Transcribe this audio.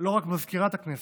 לא רק מזכירת הכנסת,